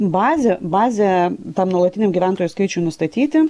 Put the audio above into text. bazė bazė tam nuolatiniam gyventojų skaičiui nustatyti